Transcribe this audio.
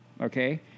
okay